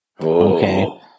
Okay